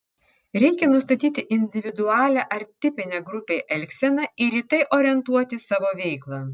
reikia nustatyti individualią ar tipinę grupei elgseną ir į tai orientuoti savo veiklą